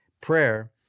prayer